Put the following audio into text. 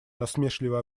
насмешливо